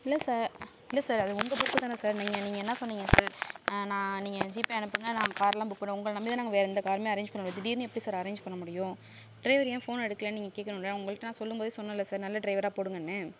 இல்லை சார் இல்லை சார் அது உங்க பொறுப்பு தானே சார் நீங்கள் நீங்கள் என்ன சொன்னீங்க சார் நான் நீங்கள் ஜிபே அனுப்புங்க நான் காரெலாம் புக் பண்ணி உங்களை நம்பி தான் நாங்கள் வேறு எந்த காருமே அரேஞ்ச் பண்ணலை திடீர்னு எப்படி சார் அரேஞ்ச் பண்ண முடியும் ட்ரைவரு ஏன் ஃபோன் எடுக்கலைன்னு நீங்கள் கேக்கணும்ல உங்கள்கிட்ட நான் சொல்லும் போதே சொன்னேன்ல சார் நல்ல ட்ரைவராக போடுங்கன்னு